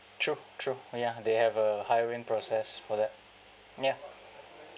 true true ya they have a hiring process for that ya